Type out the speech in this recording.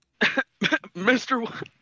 Mr